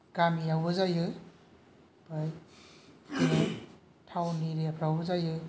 गामियावबो जायो ओमफाय थावन एरियाफ्रावबो जायो